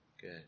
good